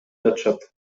жатышат